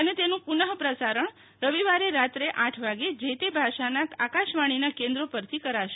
અને તેનું પુનઃ પ્રસારણ રવિવારે રાત્રે આઠ વાગે જે તે ભાષાના આકાશવાણીના કેન્દ્રો પરથી કરાશે